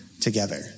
together